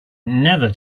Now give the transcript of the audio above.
never